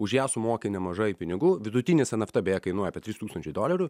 už ją sumoki nemažai pinigų vidutinis nft beje kainuoja apie trys tūkstančiai dolerių